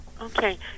Okay